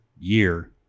year